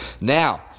Now